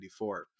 1994